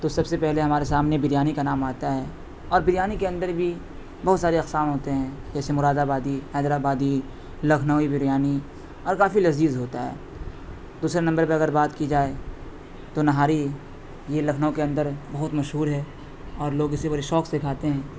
تو سب سے پہلے ہمارے سامنے بریانی کا نام آتا ہے اور بریانی کے اندر بھی بہت سارے اقسام ہوتے ہیں جیسے مراد آبادی حیدر آبادی لکھنوی بریانی اور کافی لذیذ ہوتا ہے دوسرے نمبر پہ اگر بات کی جائے تو نہاری یہ لکھنؤ کے اندر بہت مشہور ہے اور لوگ اسے بڑے شوق سے کھاتے ہیں